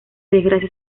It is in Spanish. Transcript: desgracia